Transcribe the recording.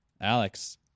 Alex